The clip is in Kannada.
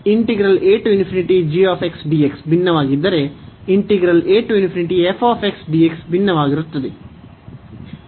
ಮತ್ತು ಭಿನ್ನವಾಗಿದ್ದರೆ ಭಿನ್ನವಾಗಿರುತ್ತದೆ